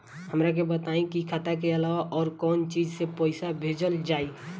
हमरा के बताई की खाता के अलावा और कौन चीज से पइसा भेजल जाई?